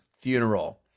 funeral